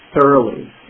thoroughly